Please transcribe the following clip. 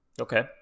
okay